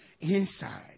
inside